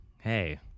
hey